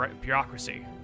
bureaucracy